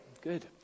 Good